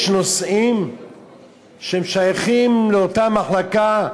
יש נושאים שהם שייכים לאותה מחלקה,